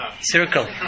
circle